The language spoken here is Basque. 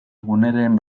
guneren